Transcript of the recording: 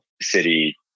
city